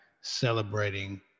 celebrating